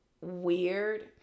weird